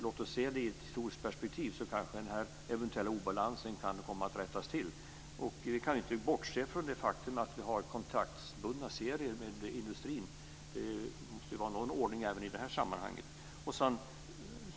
Låt oss se det i ett historiskt perspektiv så kanske den här eventuella obalansen kan komma att rättas till. Vi kan ju inte bortse från det faktum att vi har kontraktsbundna serier med industrin. Det måste ju vara någon ordning även i det här sammanhanget.